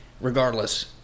Regardless